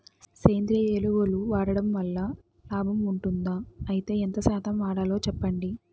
సేంద్రియ ఎరువులు వాడడం వల్ల లాభం ఉంటుందా? అయితే ఎంత శాతం వాడాలో చెప్పండి?